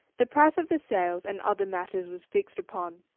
the price of the sails and other matters was fixed upon.